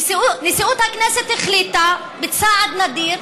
נשיאות הכנסת החליטה, בצעד נדיר,